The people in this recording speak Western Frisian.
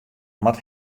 moat